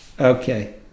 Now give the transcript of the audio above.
Okay